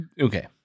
Okay